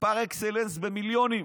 פר אקסלנס במיליונים.